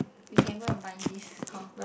we can go and buy this hor